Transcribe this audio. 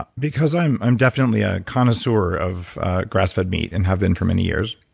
because i'm i'm definitely a connoisseur of grass-fed meat and have been for many years,